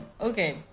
Okay